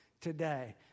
today